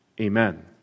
amen